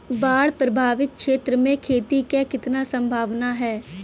बाढ़ प्रभावित क्षेत्र में खेती क कितना सम्भावना हैं?